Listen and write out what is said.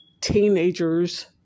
teenagers